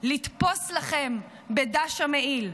לתפוס לכם בדש המעיל,